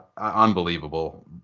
unbelievable